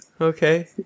Okay